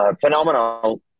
phenomenal